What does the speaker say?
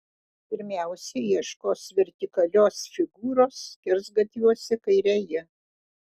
pirmiausia ieškos vertikalios figūros skersgatviuose kairėje